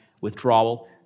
withdrawal